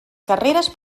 carreres